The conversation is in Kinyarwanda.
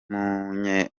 mushyoma